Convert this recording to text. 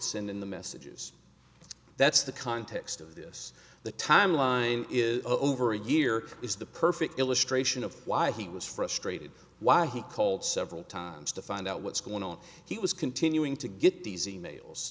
in the messages that's the context of this the timeline is over a year is the perfect illustration of why he was frustrated why he called several times to find out what's going on he was continuing to get these emails